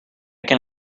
can